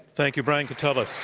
thank you, brian katulis.